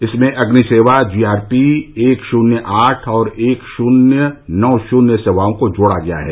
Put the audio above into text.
इसमें अग्नि सेवा जीआरपी एक शून्य आठ और एक शून्य नौ शून्य सेवाओं को जोड़ा गया है